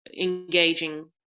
engaging